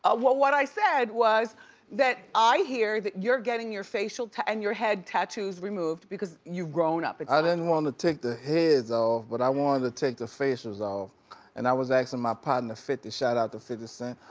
ah what what i said was that i hear that you're getting your facial and your head tattoos removed because you've grown up. and i didn't wanna take the heads off but i wanted to take the faces off and i was asking my partner fifty, shoutout to fifty cent.